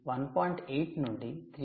8 నుండి 3